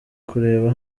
kureba